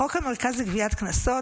בחוק המרכז לגביית קנסות,